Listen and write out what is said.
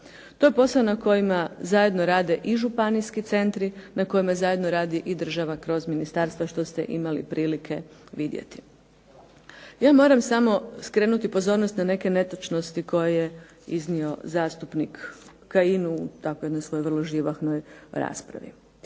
To je posao na kojima zajedno rade i županijski centri, na kojima zajedno radi i država kroz ministarstva što ste imali prilike vidjeti. Ja moram samo skrenuti pozornost na neke netočnosti koje je iznio zastupnik Kajin u tako jednoj svojoj vrlo živahnoj raspravi.